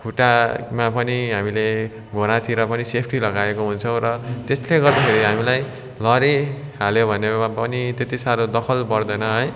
खुट्टामा पनि हामीले घोडातिर पनि सेफ्टी लगाएका हुन्छौँ र त्यसले गर्दाखेरि हामीलाई लडिहाल्यो भने पनि त्यति साह्रो दखल पर्दैन र है